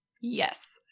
yes